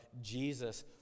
Jesus